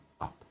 up